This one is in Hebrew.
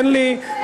אין לי,